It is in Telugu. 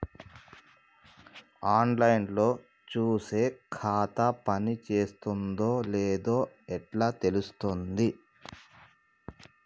ఆన్ లైన్ లో చూసి ఖాతా పనిచేత్తందో చేత్తలేదో ఎట్లా తెలుత్తది?